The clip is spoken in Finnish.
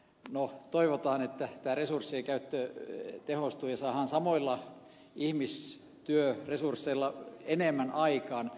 no toivotaan että tämä resurssien käyttö tehostuu ja saadaan samoilla ihmistyöresursseilla enemmän aikaan